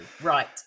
Right